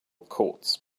courts